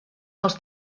els